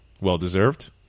Well-deserved